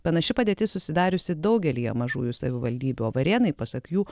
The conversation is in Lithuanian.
panaši padėtis susidariusi daugelyje mažųjų savivaldybių o varėnai pasak jų